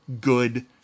Good